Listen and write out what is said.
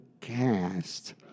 cast